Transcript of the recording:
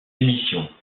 émissions